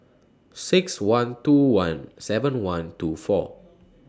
six one two one seven one two four